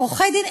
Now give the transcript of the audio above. עורכי-דין,